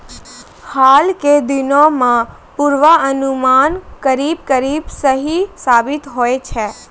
हाल के दिनों मॅ पुर्वानुमान करीब करीब सही साबित होय छै